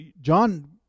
John